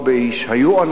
זה שעד היום,